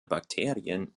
bakterien